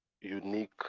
unique